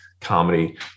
comedy